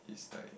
it's like